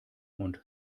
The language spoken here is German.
und